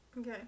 Okay